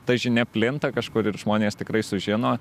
ta žinia plinta kažkur ir žmonės tikrai sužino